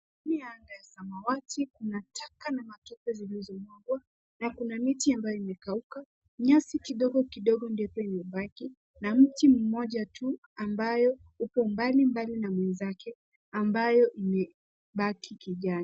Chini ya anga ya samawati, kuna taka na matope zilizomwagwa na kuna miti ambayo imekauka. Nyasi kidogo kidogo ndio tu imebaki na mti mmoja tu ambao upo mbali mbali na mwenzake ambayo imebaki kijani.